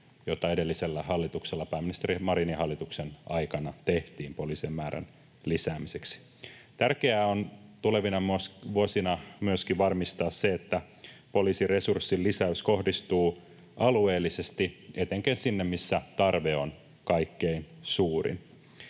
jota edellisellä hallituksella pääministeri Marinin hallituksen aikana tehtiin poliisien määrän lisäämiseksi. Tärkeää on tulevina vuosina myöskin varmistaa se, että poliisin resurssin lisäys kohdistuu alueellisesti etenkin sinne, missä tarve on kaikkein suurin.